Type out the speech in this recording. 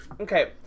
Okay